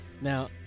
Now